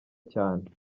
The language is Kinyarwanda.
cyane